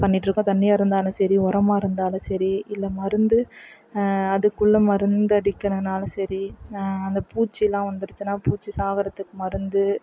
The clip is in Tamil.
பண்ணிட்டிருக்கோம் தண்ணியாக இருந்தாலும் சரி உரமா இருந்தாலும் சரி இல்லை மருந்து அதுக்குள்ள மருந்தடிக்கணுன்னாலும் சரி அந்தப் பூச்சில்லாம் வந்துருச்சுன்னால் பூச்சி சாகறத்துக்கு மருந்து